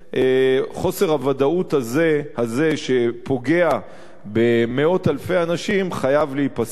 חוסר הוודאות הזה שפוגע במאות אלפי אנשים חייב להיפסק,